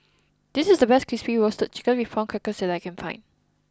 this is the best Crispy Roasted Chicken With Prawn Crackers that I can find